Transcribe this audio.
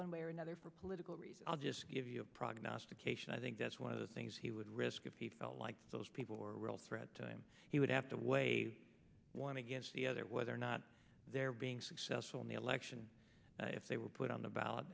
one way or another for political reasons i'll just give you a prognostication i think that's one of the things he would risk if he felt like those people were a real threat to him he would have to weigh one against the other whether or not they're being successful in the election if they were put on the ballot